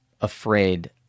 afraid